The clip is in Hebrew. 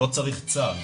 לא צריך צו.